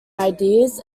ideas